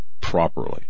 properly